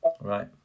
Right